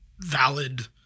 valid